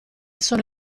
sono